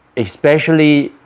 especially